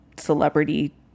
celebrity